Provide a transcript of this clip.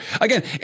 Again